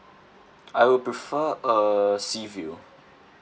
I would prefer a sea view